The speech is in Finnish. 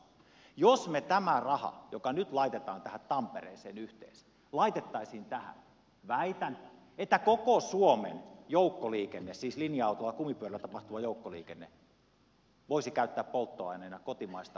jos me tämän rahan joka nyt laitetaan tähän tampereeseen yhteensä laittaisimme tähän väitän että koko suomen joukkoliikenne siis linja autolla kumipyörillä tapahtuva joukkoliikenne voisi käyttää polttoaineena kotimaista uusiutuvaa biokaasua